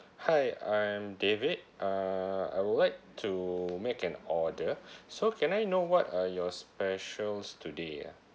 hi I'm david uh I would like to make an order so can I know what are your specials today ah